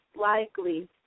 likely